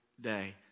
day